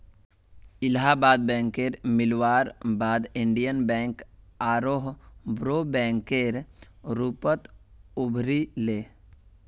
इलाहाबाद बैकेर मिलवार बाद इन्डियन बैंक आरोह बोरो बैंकेर रूपत उभरी ले